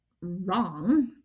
wrong